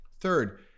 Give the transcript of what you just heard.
Third